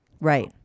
right